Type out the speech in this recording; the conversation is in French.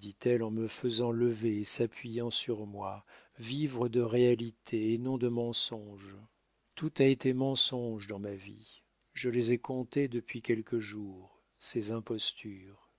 dit-elle en me faisant lever et s'appuyant sur moi vivre de réalités et non de mensonges tout a été mensonge dans ma vie je les ai comptées depuis quelques jours ces impostures